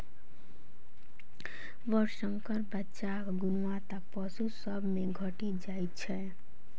वर्णशंकर बच्चाक गुणवत्ता पशु सभ मे घटि जाइत छै